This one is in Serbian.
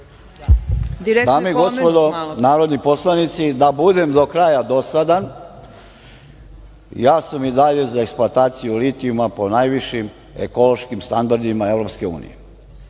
Dame i gospodo narodni poslanici, da budem do kraja dosadan, ja sam i dalje za eksploataciju litijuma po najvišim ekološkim standardima EU.